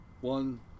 One